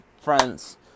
friends